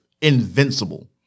Invincible